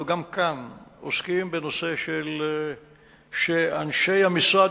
גם כאן אנחנו עוסקים בנושא שאנשי המשרד